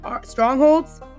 strongholds